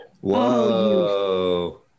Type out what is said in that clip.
Whoa